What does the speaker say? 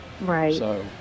Right